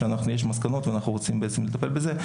ויש מסקנות ואנחנו רוצים לטפל בזה.